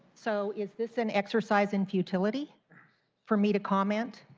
so is this an exercise in futility for me to comment?